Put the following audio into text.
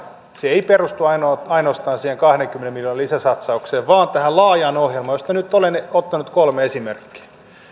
se ei perustu ainoastaan siihen kahdenkymmenen miljoonan lisäsatsaukseen vaan tähän laajaan ohjelmaan josta nyt olen ottanut kolme